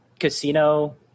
casino